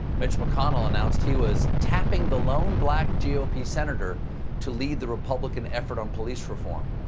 mitch mcconnell announced he was tapping the lone black g o p. senator to lead the republican effort on police reform.